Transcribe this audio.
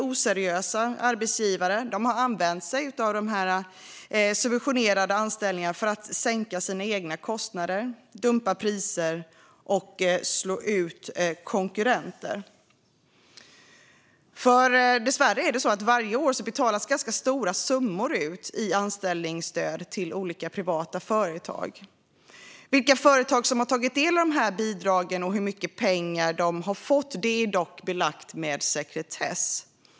Oseriösa arbetsgivare har använt sig av subventionerade anställningar för att sänka sina kostnader, dumpa priser och slå ut konkurrenter. Varje år betalas dessvärre stora summor ut i anställningsstöd till olika privata företag. Vilka företag som har tagit del av bidragen och hur mycket pengar de har fått är dock belagt med sekretess.